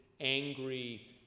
angry